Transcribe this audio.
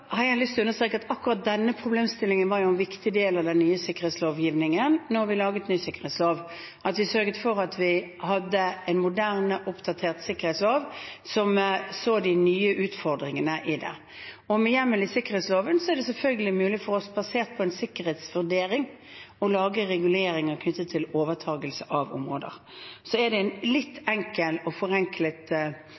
har jeg lyst til å understreke at akkurat denne problemstillingen var en viktig del av den nye sikkerhetslovgivningen da vi laget ny sikkerhetslov, at vi sørget for at vi hadde en moderne, oppdatert sikkerhetslov som så de nye utfordringene. Med hjemmel i sikkerhetsloven er det selvfølgelig mulig for oss, basert på en sikkerhetsvurdering, å lage reguleringer knyttet til overtakelse av områder. Det er en litt